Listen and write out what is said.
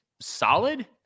solid